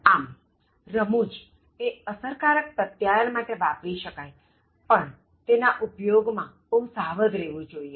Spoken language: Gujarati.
આમરમૂજ એ અસરકારક પ્રત્યાયન માટે વાપરી શકાયપણ તેના ઉપયોગ માં બહુ સાવધ રહેવું જોઇએ